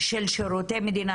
של שירותי המדינה,